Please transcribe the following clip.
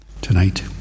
Tonight